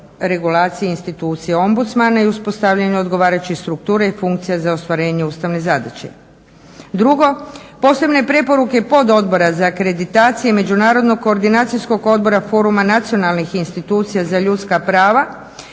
regulaciji institucije ombudsmana i uspostavljanju odgovarajućih struktura i funkcija za ostvarenje ustavne zadaće. Drugo. Posebne preporuke pododbora za akreditacije i Međunarodnog koordinacijskog Odbora foruma nacionalnih institucija za ljudska prava